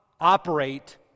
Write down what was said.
operate